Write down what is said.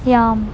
yeah